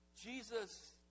Jesus